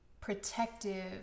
protective